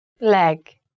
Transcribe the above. Leg